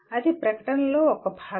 అది ప్రకటనలో ఒక భాగం